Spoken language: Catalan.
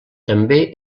també